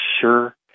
sure